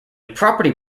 property